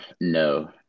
No